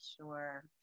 Sure